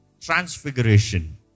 transfiguration